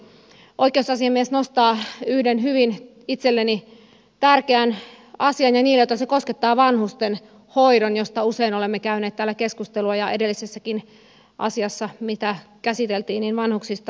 oikeusasiamies nostaa yhden itselleni ja niille joita se koskettaa hyvin tärkeän asian vanhustenhoidon josta usein olemme käyneet täällä keskustelua ja edellisessäkin asiassa mitä käsiteltiin puhuttiin vanhuksista